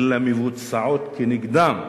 אלא מבוצעות כנגדם עבירות.